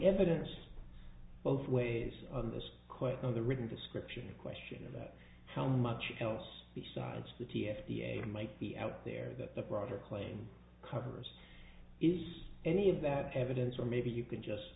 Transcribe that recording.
evidence both ways on this quote of the written description a question about how much else besides the t f t age might be out there that the broader claim covers is any of that evidence or maybe you can just